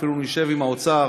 אפילו נשב עם האוצר